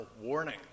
warning